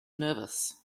nervous